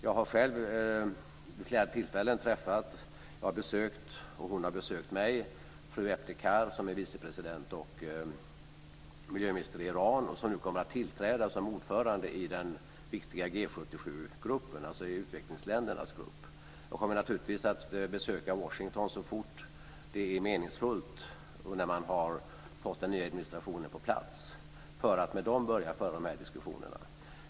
Jag har själv vid flera tillfällen träffat - jag har besökt henne och hon har besökt mig - fru Ebtekar, som är vicepresident och miljöminister i Iran och som nu kommer att tillträda som ordförande i den viktiga G 77-gruppen, dvs. utvecklingsländernas grupp. Jag kommer naturligtvis att besöka Washington så fort det är meningsfullt, dvs. när man har fått den nya administrationen på plats, för att med den börja föra de här diskussionerna.